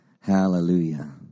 Hallelujah